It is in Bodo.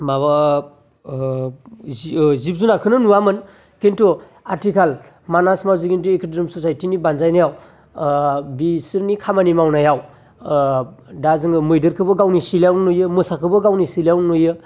माबा जुनारखौनो नुवामोन खिन्थु आथिखाल मानास ससाइटिनि बानजायनायाव बिसोरनि खामानि मावनायाव दा जोङो मैदेरखौबो गावनि सिलायावनो नुयो मोसाखौबो गावनि सिलायावनो नुयो